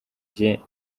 jye